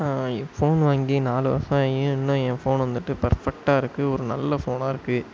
phone வாங்கி நாலு வருஷம் ஆகியும் இன்னும் என் ஃபோன் வந்துவிட்டு பெர்ஃபெக்ட்டாக இருக்கு ஒரு நல்ல ஃபோனாக இருக்கு